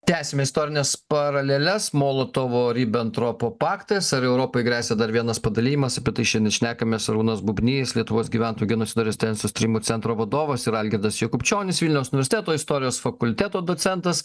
tęsiame istorines paraleles molotovo ribentropo paktas ar europai gresia dar vienas padalijimas apie tai šiandien šnekamės arūnas bubnys lietuvos gyventojų genocido ir rezistencijos tyrimų centro vadovas ir algirdas jakubčionis vilniaus universiteto istorijos fakulteto docentas